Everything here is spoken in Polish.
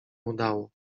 udało